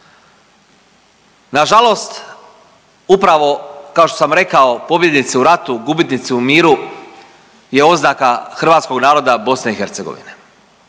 Nažalost, upravo kao što sam rekao pobjednici u ratu, gubitnici u miru je oznaka hrvatskog naroda BiH. Od 2006. godine